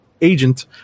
agent